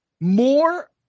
more